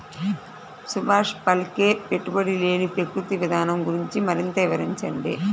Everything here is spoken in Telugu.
సుభాష్ పాలేకర్ పెట్టుబడి లేని ప్రకృతి విధానం గురించి మరింత వివరించండి